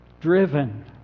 driven